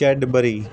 Cadbury